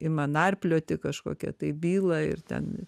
ima narplioti kažkokią tai bylą ir ten